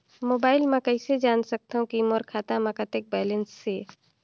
Mobile म कइसे जान सकथव कि मोर खाता म कतेक बैलेंस से?